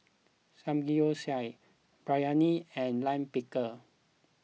Samgeyopsal Biryani and Lime Pickle